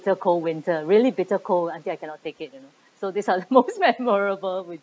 ~ter cold winter really bitter cold until I cannot take it you know so these are the most memorable